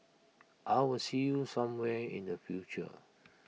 I'll will see you somewhere in the future